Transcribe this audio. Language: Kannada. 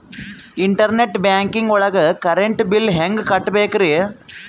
ಇಂಟರ್ನೆಟ್ ಬ್ಯಾಂಕಿಂಗ್ ಒಳಗ್ ಕರೆಂಟ್ ಬಿಲ್ ಹೆಂಗ್ ಕಟ್ಟ್ ಬೇಕ್ರಿ?